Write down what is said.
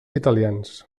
italians